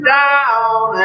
down